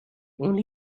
only